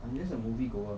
there's a movie goer